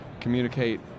communicate